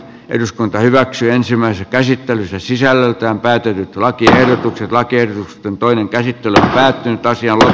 eduskunta hyväksyi ensimmäisen käsittelyn sisällöltään päätetyt lakiehdotukset lagerin toinen käsittely pitäisi olla